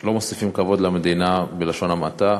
לא מוסיפים כבוד למדינה, בלשון המעטה,